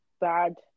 bad